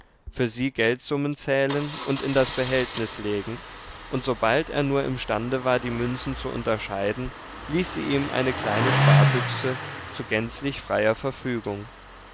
für sie geldsummen zählen und in das behältnis legen und sobald er nur imstande war die münzen zu unterscheiden ließ sie ihm eine kleine sparbüchse zu gänzlich freier verfügung